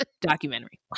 documentary